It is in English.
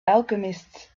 alchemists